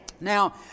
Now